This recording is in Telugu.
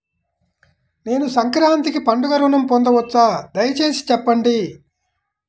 నేను సంక్రాంతికి పండుగ ఋణం పొందవచ్చా? దయచేసి చెప్పండి?